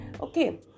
okay